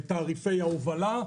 בתעריפי ההובלה,